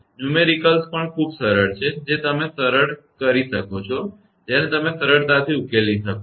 આંકડાદાખલા પણ ખૂબ સરળ છે જે તમે સરળ કરી શકો છો જેને તમે સરળતાથી ઉકેલી શકો છો